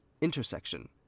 intersection